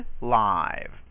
live